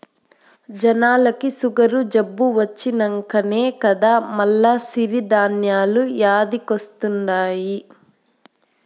జనాలకి సుగరు జబ్బు వచ్చినంకనే కదా మల్ల సిరి ధాన్యాలు యాదికొస్తండాయి